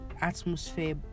atmosphere